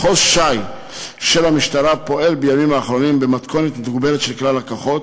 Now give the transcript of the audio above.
מחוז ש"י של המשטרה פועל בימים האחרונים במתכונת מתוגברת של כלל הכוחות,